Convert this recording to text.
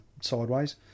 sideways